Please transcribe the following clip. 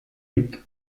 rick